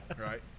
Right